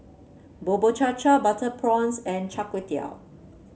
Bubur Cha Cha Butter Prawns and Char Kway Teow